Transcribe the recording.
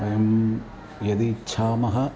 वयं यदि इच्छामः